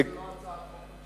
למה זה לא הצעת חוק ממשלתית?